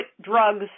drugs